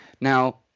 Now